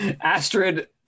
Astrid